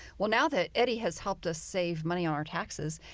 well, now that eddie has helped us save money on our taxes,